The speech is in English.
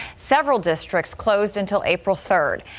several districts closed until april third.